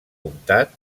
comtat